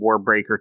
warbreaker